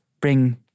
bring